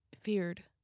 feared